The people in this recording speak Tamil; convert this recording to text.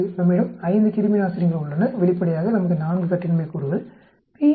நம்மிடம் 5 கிருமி நாசினிகள் உள்ளன வெளிப்படையாக நமக்கு 4 கட்டின்மை கூறுகள் p 0